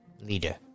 leader